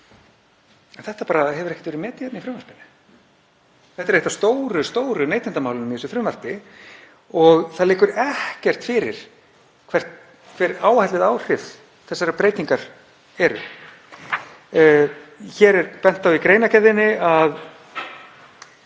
En þetta bara hefur ekki verið metið í frumvarpinu. Þetta er eitt af stóru neytendamálunum í þessu frumvarpi og það liggur ekkert fyrir hver áætluð áhrif þessarar breytingar eru. Hér er bent á í greinargerðinni að